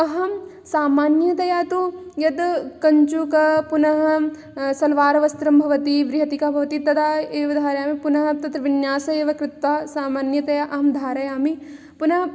अहं सामान्यतया तु यद् कञ्चुक पुनः सल्वार् वस्त्रं भवति ब्रिहतिका भवति तदा एव धारयामि पुनः तत्र विन्यासः एव कृत्वा सामान्यतया अहं धारयामि पुनः